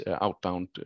outbound